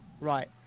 right